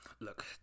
Look